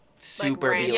super